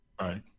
Right